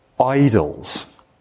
idols